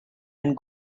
and